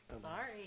Sorry